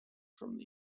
from